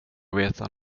veta